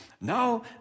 Now